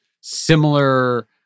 similar